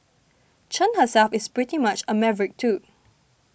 Chen herself is pretty much a maverick too